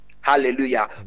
Hallelujah